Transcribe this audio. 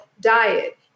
diet